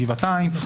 גבעתיים,